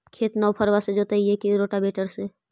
खेत नौफरबा से जोतइबै की रोटावेटर से?